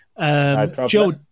Joe